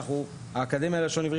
אנחנו האקדמיה ללשון עברית,